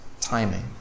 timing